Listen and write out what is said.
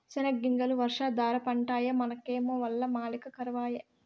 సెనగ్గింజలు వర్షాధార పంటాయె మనకేమో వల్ల మాలిన కరవాయె